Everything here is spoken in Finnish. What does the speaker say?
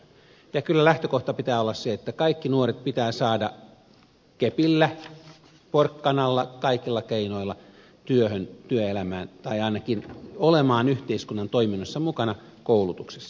ja kyllä lähtökohdan pitää olla se että kaikki nuoret pitää saada kepillä porkkanalla kaikilla keinoilla työhön työelämään tai ainakin olemaan yhteiskunnan toiminnoissa mukana koulutuksessa